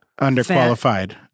underqualified